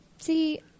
See